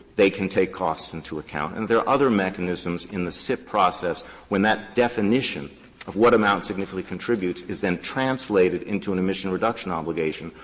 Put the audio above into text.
they can take costs into account. and there are other mechanisms in the sip process when that definition of what amount significantly contributes is then translated into an emission reduction obligation.